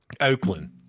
Oakland